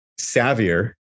savvier